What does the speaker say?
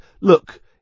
look